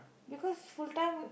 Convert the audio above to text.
because full time